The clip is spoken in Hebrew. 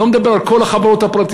אני לא מדבר על כל החברות הפרטיות,